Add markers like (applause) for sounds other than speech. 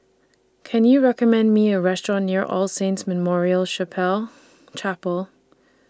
Can YOU recommend Me A Restaurant near All Saints Memorial (unintelligible) Chapel